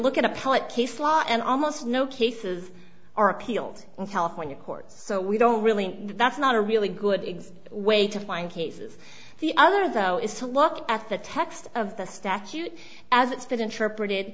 look at appellate case law and almost no cases are appealed in california courts so we don't really that's not a really good igs way to find cases the other though is to look at the text of the statute as it's been interpreted